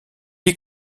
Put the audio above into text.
est